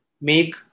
make